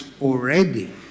already